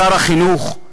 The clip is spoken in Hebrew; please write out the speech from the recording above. שר החינוך,